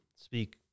speak